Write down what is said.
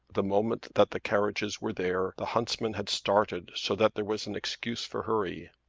the moment that the carriages were there the huntsmen had started so that there was an excuse for hurry.